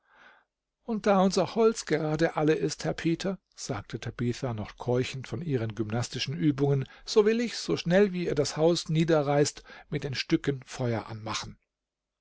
und da unser holz gerade alle ist herr peter sagte tabitha noch keuchend von ihren gymnastischen übungen so will ich so schnell wie ihr das haus niederreißt mit den stücken feuer anmachen